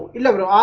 eleven of